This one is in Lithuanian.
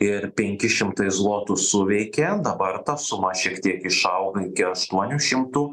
ir penki šimtai zlotų suveikė dabar ta suma šiek tiek išaugo iki aštuonių šimtų